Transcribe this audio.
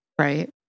Right